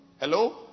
hello